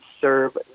serve